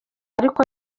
ariko